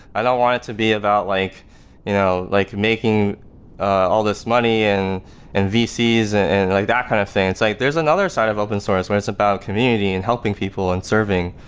i don't want it to be about like you know like making all this money and and vcs and and like that kind of thing. it's like, there's another side of open source, where it's about community and helping people and serving.